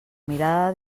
mirada